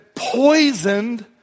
poisoned